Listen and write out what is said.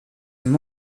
son